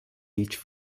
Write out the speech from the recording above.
each